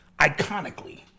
iconically